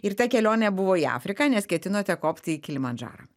ir ta kelionė buvo į afriką nes ketinote kopti į kilimandžarą